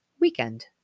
weekend